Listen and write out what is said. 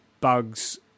Bugs